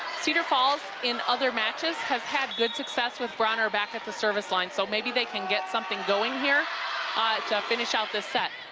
cedar falls in other matches has had good success with bronner at the service line. so maybe they can get something going here ah to finish out the set